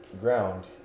ground